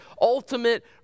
ultimate